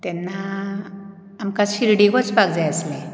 तेन्ना आमकां शिरडी वचपाक जाय आसलें